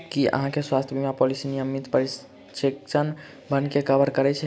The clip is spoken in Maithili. की अहाँ केँ स्वास्थ्य बीमा पॉलिसी नियमित परीक्षणसभ केँ कवर करे है?